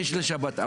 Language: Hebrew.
יש לשבת.